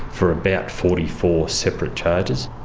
for about forty four separate charges.